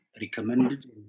recommended